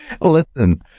Listen